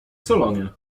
salonie